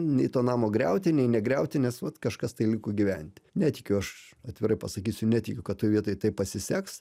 nei to namo griauti nei negriauti nes vat kažkas tai liko gyventi netikiu aš atvirai pasakysiu netikiu kad toj vietoj taip pasiseks